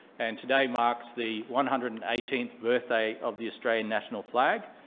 and today marks the one hundred and eighteenth birthday of the australian national flag.